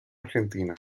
argentina